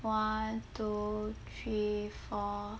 one two three four